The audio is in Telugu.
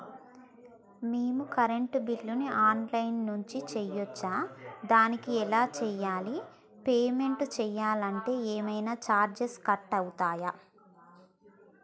మేము కరెంటు బిల్లును ఆన్ లైన్ నుంచి చేయచ్చా? దానికి ఎలా చేయాలి? పేమెంట్ చేయాలంటే ఏమైనా చార్జెస్ కట్ అయితయా?